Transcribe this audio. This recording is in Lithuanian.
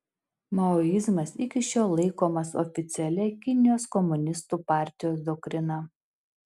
maoizmas iki šiol laikomas oficialia kinijos komunistų partijos doktrina